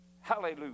hallelujah